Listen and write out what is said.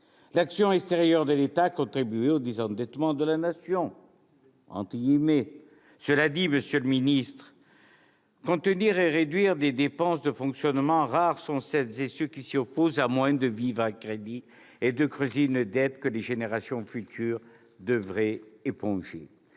L'action extérieure de l'État a contribué au désendettement de la Nation. Cela dit, monsieur le ministre, contenir et réduire des dépenses de fonctionnement, rares sont ceux qui s'y opposent, à moins de vivre à crédit, et de creuser une dette que les générations futures devraient éponger.